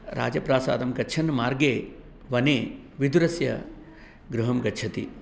राजप्रासादं गच्छन् मार्गे वने विदुरस्य गृहं गच्छति